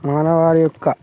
మానవాళి యొక్క